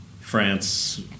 France